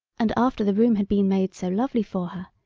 and after the room had been made so lovely for her,